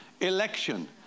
Election